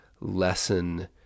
lesson